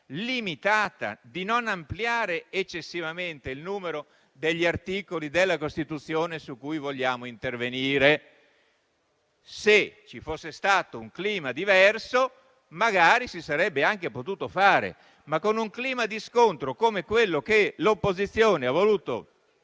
limitata, di non ampliare eccessivamente il numero degli articoli della Costituzione su cui vogliamo intervenire. Se ci fosse stato un clima diverso, magari si sarebbe anche potuto fare. Ma c'è un clima di scontro che l'opposizione ha voluto